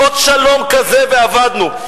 עוד שלום כזה ואבדנו.